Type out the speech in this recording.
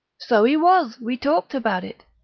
so e was we talked about it.